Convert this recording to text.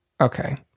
Okay